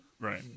Right